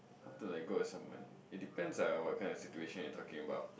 how to let go of someone it depends ah on what kind of situation you're talking about